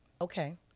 Okay